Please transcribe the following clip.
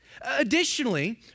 Additionally